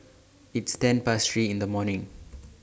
its ten Past three in The morning